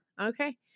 Okay